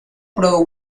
produjo